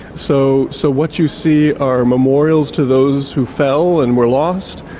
so so what you see are memorials to those who fell and were lost,